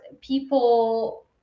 people